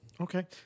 okay